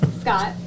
Scott